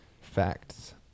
Facts